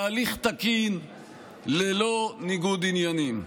בהליך תקין ללא ניגוד עניינים.